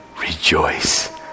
Rejoice